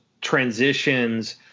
transitions